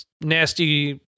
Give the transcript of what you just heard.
nasty